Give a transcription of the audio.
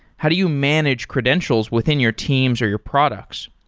how do you manage credentials within your teams or your products?